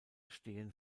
stehen